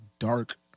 dark